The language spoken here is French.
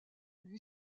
lui